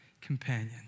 companion